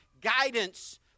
guidance